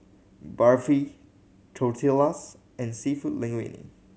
Barfi Tortillas and Seafood Linguine